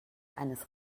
eines